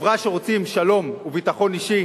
חברה שרוצים שלום וביטחון אישי,